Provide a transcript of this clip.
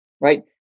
right